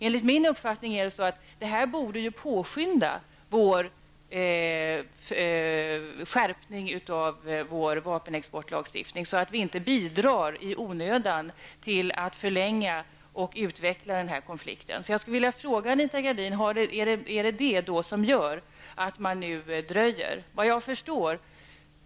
Enligt min uppfattning borde det här påskynda en skärpning av vår vapenexportlagstiftning, så att vi inte i onödan bidrar till att förlänga och utvidga konflikten. Jag skulle vilja fråga Anita Gradin om det är detta som gör att man nu dröjer.